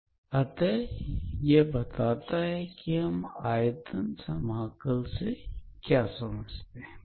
इस तरह हम वॉल्यूम इंटीग्रल को समझ सकते हैं